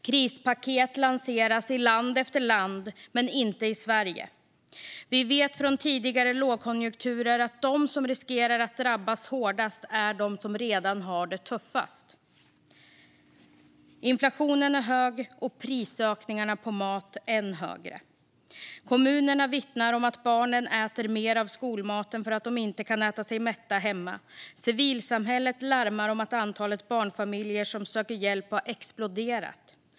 Krispaket lanseras i land efter land, men inte i Sverige. Vi vet från tidigare lågkonjunkturer att de som riskerar att drabbas hårdast är de som redan har det tuffast. Inflationen är hög, och prisökningarna på mat än högre. Kommunerna vittnar om att barnen äter mer av skolmaten för att de inte kan äta sig mätta hemma. Civilsamhället larmar om att antalet barnfamiljer som söker hjälp har exploderat.